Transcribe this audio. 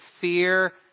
fear